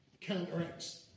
counteracts